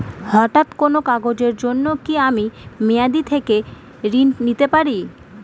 হঠাৎ কোন কাজের জন্য কি আমি মেয়াদী থেকে ঋণ নিতে পারি?